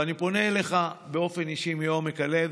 ואני פונה אליך באופן אישי מעומק הלב,